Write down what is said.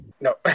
No